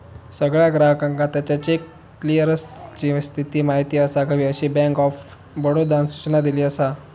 सगळ्या ग्राहकांका त्याच्या चेक क्लीअरन्सची स्थिती माहिती असाक हवी, अशी बँक ऑफ बडोदानं सूचना दिली असा